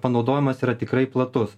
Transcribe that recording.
panaudojimas yra tikrai platus